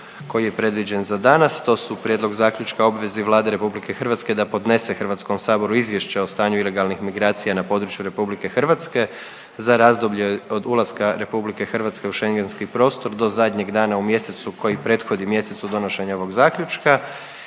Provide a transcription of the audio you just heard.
koji je predviđen za danas. To su: - Prijedlog Zaključka o obvezi Vlade Republike Hrvatske da podnese Hrvatskome saboru izvješće o stanju ilegalnih migracija na području Republike Hrvatske za razdoblje od ulaska Republike Hrvatske u Schengenski prostor do zadnjeg dana u mjesecu koji prethodi mjesecu donošenja ovog zaključka